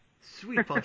Sweet